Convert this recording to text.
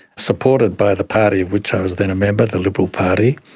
supported by the party of which i was then a member, the liberal party.